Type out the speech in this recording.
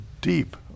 deep